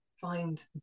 find